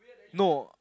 no